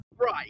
Right